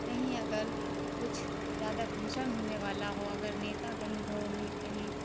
کہیں اگر کچھ زیادہ فنکشن ہونے والا ہو اگر نیتا کہیں ہو نہیں کہیں